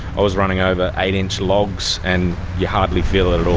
i was running over eight inch logs and you hardly feel it